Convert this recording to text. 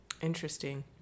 interesting